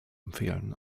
empfehlen